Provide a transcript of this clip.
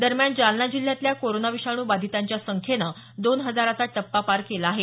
दरम्यान जालना जिल्ह्यातल्या कोरोना विषाणू बाधितांच्या संख्येनं दोन हजाराचा टप्पा पार केला आहे